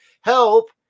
help